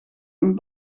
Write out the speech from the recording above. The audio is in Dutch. een